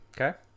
Okay